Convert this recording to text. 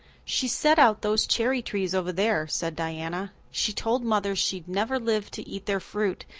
she set out those cherry trees over there, said diana. she told mother she'd never live to eat their fruit,